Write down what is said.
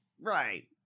Right